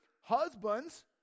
Husbands